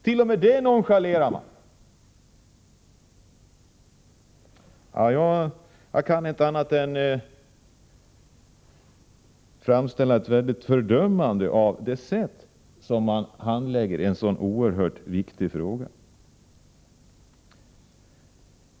T.o.m. detta nonchalerar regeringen. Jag kan inte annat än fördöma det sätt på vilket man handlagt denna oerhört viktiga fråga.